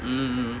mm mm